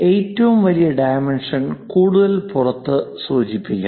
ഏറ്റവും വലിയ ഡൈമെൻഷൻ കൂടുതൽ പുറത്ത് സൂചിപ്പിക്കണം